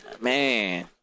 man